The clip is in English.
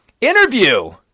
Interview